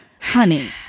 honey